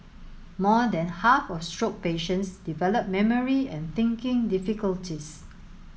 more than half of stroke patients develop memory and thinking difficulties